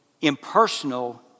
impersonal